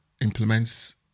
implements